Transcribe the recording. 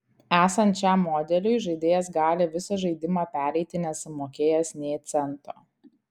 esant šiam modeliui žaidėjas gali visą žaidimą pereiti nesumokėjęs nė cento